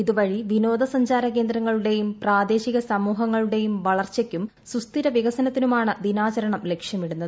ഇതുവഴി വിനോദസഞ്ചാര കേന്ദ്രങ്ങളുടെയും പ്രാദേശിക സമൂഹങ്ങളുടെയും വളർച്ചയ്ക്കും സുസ്ഥിര വികസനത്തിനുമാണ് ദിനാചരണം ലക്ഷ്യമിടുന്നത്